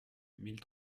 mille